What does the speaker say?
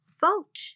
vote